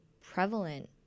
prevalent